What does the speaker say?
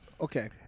Okay